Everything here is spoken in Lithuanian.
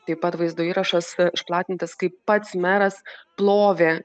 taip pat vaizdo įrašas išplatintas kaip pats meras plovė